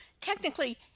technically –